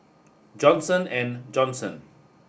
Johnson and Johnson